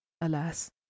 Alas